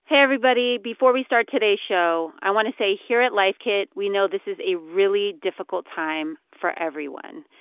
hey, everybody. before we start today's show, i want to say here at life kit, we know this is a really difficult time for everyone.